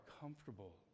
comfortable